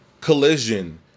Collision